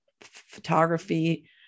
photography